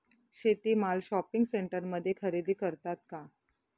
शेती माल शॉपिंग सेंटरमध्ये खरेदी करतात का?